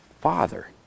Father